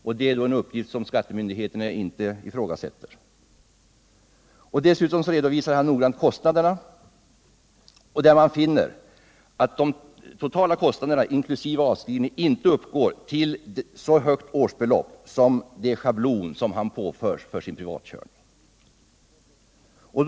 Detta är en uppgift som skattemyndigheterna inte ifrågasälter. Dessutom redovisar han noggrant kostnaderna, och man finner att de totala kostnaderna inkl. avskrivning inte uppgår till så högt årsbelopp som i den schablon han påförs för sin privatkörning.